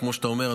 כמו שאתה אומר,